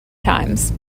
times